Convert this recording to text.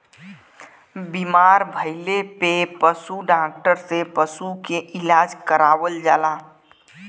बीमार भइले पे पशु डॉक्टर से पशु के इलाज करावल जाला